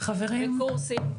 בקורסים,